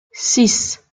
six